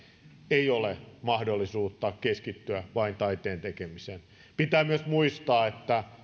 ei ole mahdollisuutta keskittyä vain taiteen tekemiseen pitää myös muistaa että